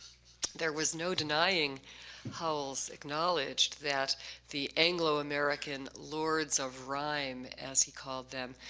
there was no denying howells' acknowledged that the anglo-american lords of rhyme, as he called them,